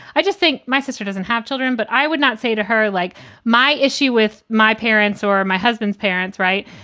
i just think my sister doesn't have children, but i would not say to her, like my issue with my parents or my husband's parents right.